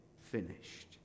finished